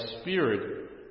spirit